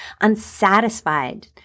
unsatisfied